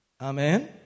Amen